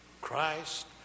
Christ